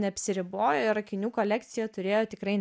neapsiribojo ir akinių kolekcijoje turėjo tikrai